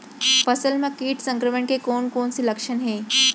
फसल म किट संक्रमण के कोन कोन से लक्षण हे?